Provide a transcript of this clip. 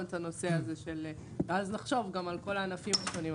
את הנושא הזה ואז לחשוב גם על כל הענפים השונים,